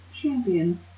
Champion